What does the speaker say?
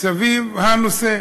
סביב הנושא.